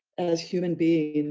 as human beings,